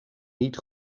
niet